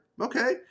Okay